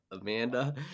amanda